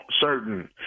certain